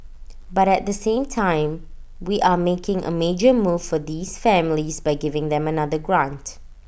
but at the same time we are making A major move for these families by giving them another grant